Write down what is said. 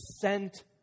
sent